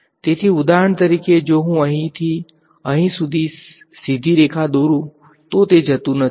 તેથી ઉદાહરણ તરીકે જો હું અહીંથી અહીં સુધી સીધી રેખા દોરું તો તે જતું નથી